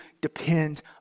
depend